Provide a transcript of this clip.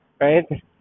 Right